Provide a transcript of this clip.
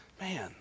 man